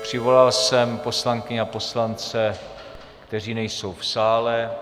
Přivolal jsem poslankyně a poslance, kteří nejsou v sále.